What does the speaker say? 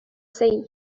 sea